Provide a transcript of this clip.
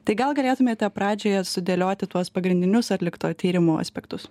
tai gal galėtumėte pradžioje sudėlioti tuos pagrindinius atlikto tyrimo aspektus